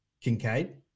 Kincaid